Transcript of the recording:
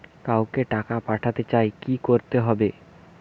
কাউকে টাকা পাঠাতে চাই কি করতে হবে?